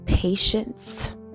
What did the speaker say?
patience